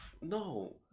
No